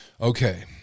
Okay